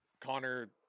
Connor